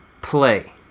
play